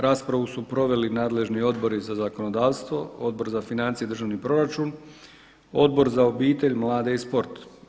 Raspravu su proveli nadležni Odbori za zakonodavstvo, Odbor za financije i državni proračun, Odbor za obitelj, mlade i sport.